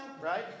right